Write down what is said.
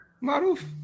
Maruf